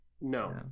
No